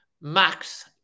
Max